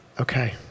Okay